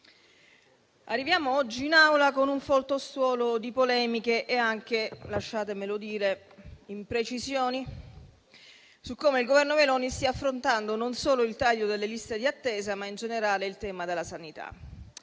arriviamo oggi in Aula con un folto stuolo di polemiche e anche - lasciatemelo dire - imprecisioni su come il Governo Meloni stia affrontando non solo il taglio delle liste di attesa, ma in generale anche il tema della sanità.